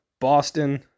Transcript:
Boston